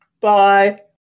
Bye